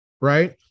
right